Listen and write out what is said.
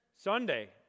Sunday